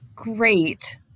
great